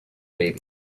baby